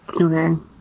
Okay